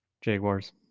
Jaguars